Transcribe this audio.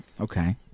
Okay